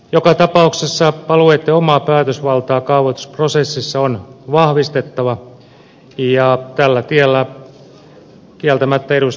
joka tapauksessa alueitten omaa päätösvaltaa kaavoitusprosessissa on vahvistettava ja tällä tiellä kieltämättä ed